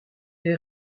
est